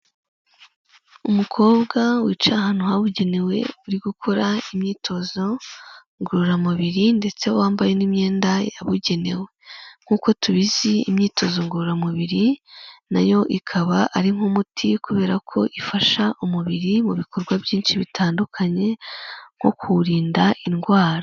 Umukobwa wicaye ahantu habugenewe, uri gukora imyitozo ngororamubiri ndetse wambaye n'imyenda yabugenewe. Nkuko tubizi imyitozo ngororamubiri nayo ikaba ari nk'umuti kubera ko ifasha umubiri mu bikorwa byinshi bitandukanye nko kuwurinda indwara.